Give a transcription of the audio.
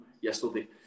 yesterday